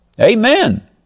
Amen